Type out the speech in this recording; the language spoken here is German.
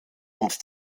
und